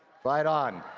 fight on.